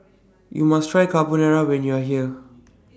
YOU must Try Carbonara when YOU Are here